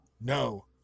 No